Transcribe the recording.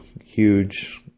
huge